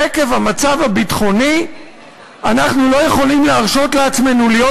עקב המצב הביטחוני אנחנו לא יכולים להרשות לעצמנו להיות